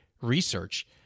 research